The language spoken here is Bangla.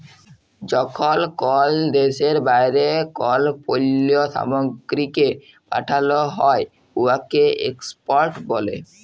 যখল কল দ্যাশের বাইরে কল পল্ল্য সামগ্রীকে পাঠাল হ্যয় উয়াকে এক্সপর্ট ব্যলে